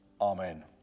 Amen